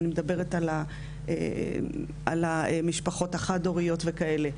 אני מדברת על המשפחות החד-הוריות וכאלה.